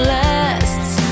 lasts